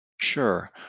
Sure